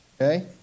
okay